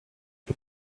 but